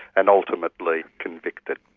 and ultimately convicted.